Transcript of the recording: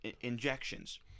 injections